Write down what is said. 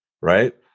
right